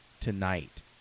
tonight